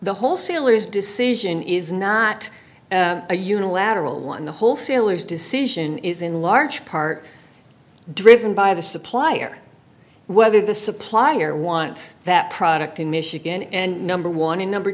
the wholesalers decision is not a unilateral one the wholesalers decision is in large part driven by the supplier whether the supplier wants that product in michigan and number one in number